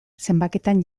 zenbakitan